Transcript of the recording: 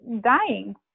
dying